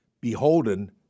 beholden